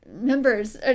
members